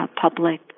public